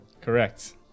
Correct